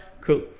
cool